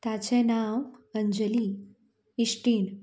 ताचें नांव अंजली इश्टीण